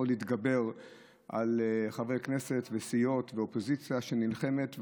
להתגבר על חברי כנסת וסיעות ואופוזיציה שנלחמת.